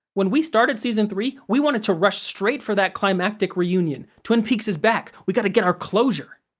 when we started season three, we wanted to rush straight for that climactic reunion. twin peaks is back! we gotta get our closure!